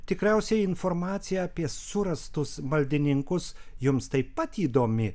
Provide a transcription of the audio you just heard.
tikriausiai informacija apie surastus maldininkus jums taip pat įdomi